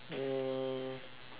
um